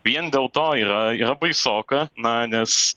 vien dėl to yra yra baisoka na nes